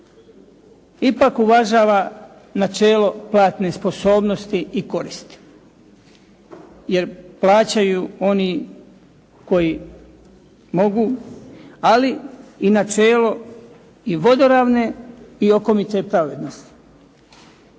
ipak uvažava načelo platne sposobnosti i koristi, jer plaćaju oni koji mogu, ali i načelo i vodoravne i okomite pravednosti.